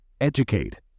Educate